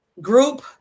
group